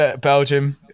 Belgium